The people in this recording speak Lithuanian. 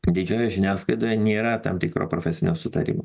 didžiojoj žiniasklaidoje nėra tam tikro profesinio sutarimo